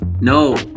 No